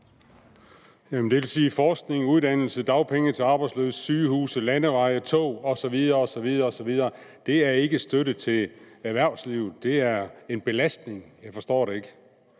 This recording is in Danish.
Det vil sige, at forskning, uddannelse, dagpenge til arbejdsløse, sygehuse, landeveje, tog osv. osv. ikke er støtte til erhvervslivet, det er en belastning? Jeg forstår det ikke.